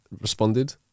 responded